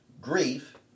grief